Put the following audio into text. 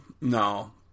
No